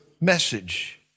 message